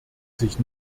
sich